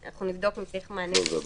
אנחנו נבדוק אם צריך מענה פרטני.